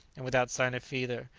and, without sign of fever,